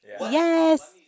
yes